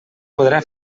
podrà